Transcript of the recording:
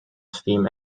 steam